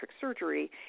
surgery